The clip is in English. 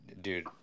dude